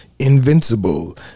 Invincible